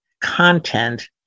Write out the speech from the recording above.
content